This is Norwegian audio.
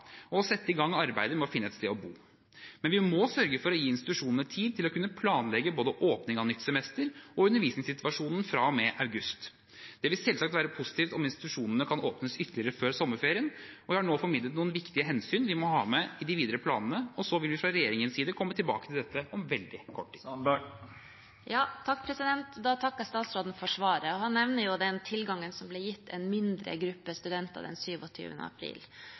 og sette i gang arbeidet med å finne seg et sted å bo. Men vi må sørge for å gi institusjonene tid til å kunne planlegge både åpning av nytt semester og undervisningssituasjonen fra og med august. Det vil selvsagt være positivt om institusjonene kan åpnes ytterligere før sommerferien. Jeg har nå formidlet noen viktige hensyn vi må ha med i de videre planene, og så vil vi fra regjeringens side komme tilbake til dette om veldig kort tid. Jeg takker statsråden for svaret. Han nevner den tilgangen som ble gitt «en mindre gruppe studenter» den 27. april.